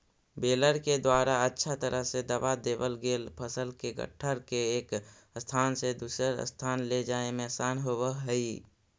baler के द्वारा अच्छा तरह से दबा देवल गेल फसल के गट्ठर के एक स्थान से दूसर स्थान ले जाए में आसान होवऽ हई